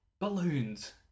Balloons